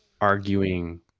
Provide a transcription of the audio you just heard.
arguing